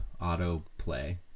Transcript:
autoplay